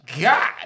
God